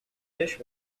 dish